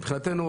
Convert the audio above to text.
מבחינתנו,